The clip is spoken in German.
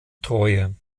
treue